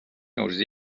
عرضه